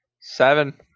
Seven